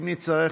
אם נצטרך,